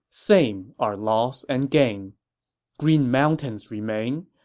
same are loss and gain green mountains remain,